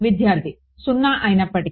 విద్యార్థి 0 అయినప్పటికీ